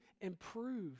improve